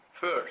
First